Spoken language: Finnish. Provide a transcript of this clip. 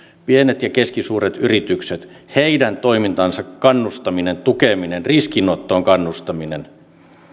pienet ja keskisuuret yritykset heidän toimintansa kannustaminen tukeminen riskinottoon kannustaminen